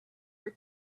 were